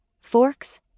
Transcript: Forks